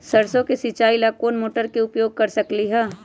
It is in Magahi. सरसों के सिचाई ला कोंन मोटर के उपयोग कर सकली ह?